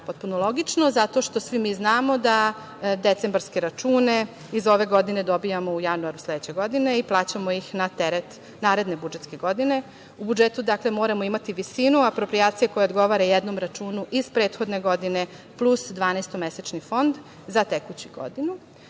Potpuno logično, zato što svi mi znamo da decembarske račune iz ove godine dobijamo u januaru sledeće godine i plaćamo ih na teret naredne budžetske godine. U budžetu moramo imati visinu aproprijacije koja odgovara jednom računu iz prethodne godine plus dvanaestomesečni fond za tekuću godinu. Pritom